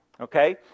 okay